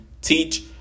teach